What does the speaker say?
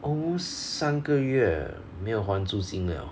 almost 三个月没有还租金 liao